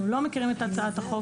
אנחנו לא מכירים את הצעת החוק.